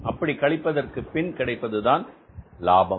அப்படிக் கழித்ததற்கு பின் கிடைப்பது தான் லாபம்